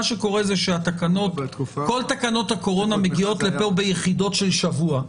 מה שקורה זה שכל תקנות הקורונה מגיעות לפה ביחידות של שבוע.